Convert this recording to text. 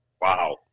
Wow